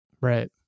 Right